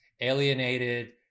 alienated